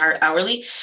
hourly